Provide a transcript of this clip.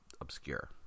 obscure